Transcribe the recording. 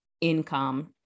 income